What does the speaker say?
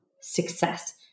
success